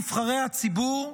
נבחרי הציבור,